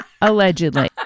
Allegedly